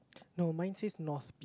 no mine is north